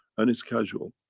and it's casual,